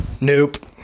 Nope